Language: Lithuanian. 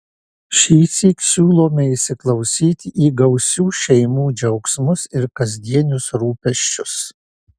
šįsyk siūlome įsiklausyti į gausių šeimų džiaugsmus ir kasdienius rūpesčius